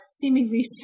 Seemingly